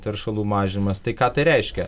teršalų mažinimas tai ką tai reiškia